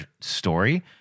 story